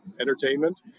entertainment